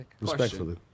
Respectfully